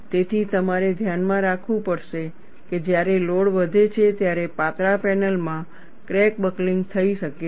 તેથી તમારે ધ્યાનમાં રાખવું પડશે કે જ્યારે લોડ વધે છે ત્યારે પાતળા પેનલમાં ક્રેક બકલિંગ થઈ શકે છે